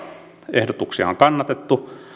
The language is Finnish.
ehdotuksia on kannatettu